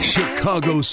Chicago